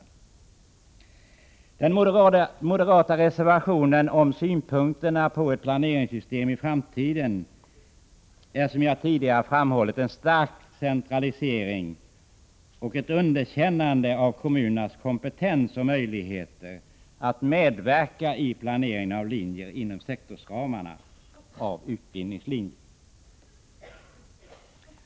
Förslaget i den moderata reservationen om synpunkterna på ett planeringssystem i framtiden innebär, som jag tidigare framhållit, en stark centralisering och är ett underkännande av kommunernas kompetens och möjlighet att medverka i planeringen av utbildningslinjer inom sektorsramarna.